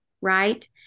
right